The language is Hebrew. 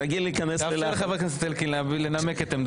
תאפשר לחבר הכנסת אלקין לנמק את עמדתו.